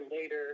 later